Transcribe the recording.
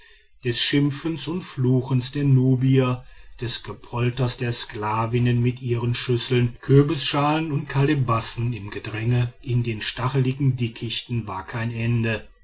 des schimpfens und fluchens der nubier des gepolters der sklavinnen mit ihren schüsseln kürbisschalen und kalebassen im gedränge in den stachligen dickichten war kein ende